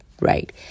right